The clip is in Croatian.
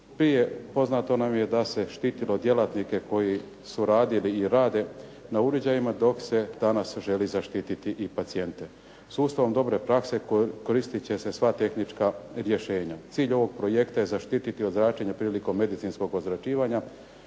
je poznato da se štitilo djelatnike koji su radili ili rade na uređajima dok se danas želi zaštiti i pacijente. Sustavom dobre prakse koristit će se sva tehnička rješenja. Cilj ovog projekta je zaštiti od zračenja prilikom medicinskom ozračivanja,